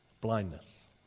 blindness